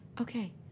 Okay